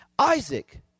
Isaac